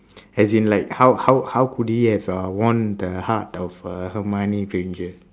as in like how how how could he have uh won the heart of uh hermione granger